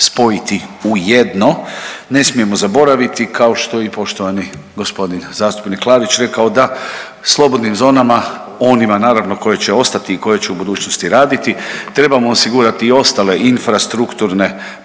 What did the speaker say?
spojiti u jedno. Ne smijemo zaboraviti kao što je i poštovani g. zastupnik Klarić rekao da slobodnim zonama, onima naravno koje će ostati i koje će u budućnosti raditi trebamo osigurati i ostale infrastrukturne